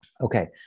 okay